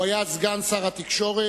הוא היה סגן שר התקשורת